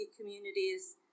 communities